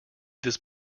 this